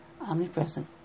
Omnipresent